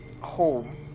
home